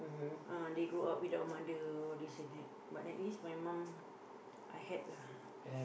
uh they grow up without mother or this and that but then at least my mom I had lah